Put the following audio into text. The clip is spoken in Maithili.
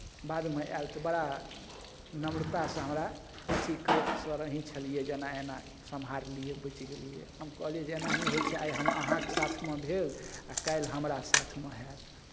बादमे आयल तऽ बड़ा नम्रतासँ हमरा अथी करैत सर अहीँ छलियै जे एना एना सम्हारलियै बचि गेलियै हम कहलियै एनाही होइ छै आइ हम अहाँके साथमे भेल आ काल्हि हमरा साथमे हैत